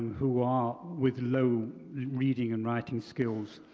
who are with low reading and writing skills,